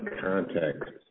context